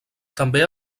també